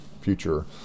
future